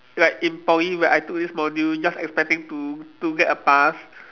like in Poly when I took this module just expecting to to get a pass